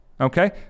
Okay